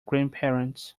grandparents